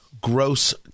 gross